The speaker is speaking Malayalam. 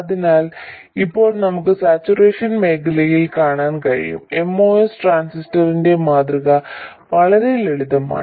അതിനാൽ ഇപ്പോൾ നമുക്ക് സാച്ചുറേഷൻ മേഖലയിൽ കാണാൻ കഴിയും MOS ട്രാൻസിസ്റ്ററിന്റെ മാതൃക വളരെ ലളിതമാണ്